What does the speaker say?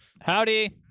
Howdy